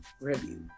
Review